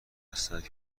هستند